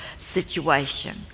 situation